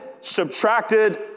subtracted